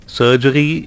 surgery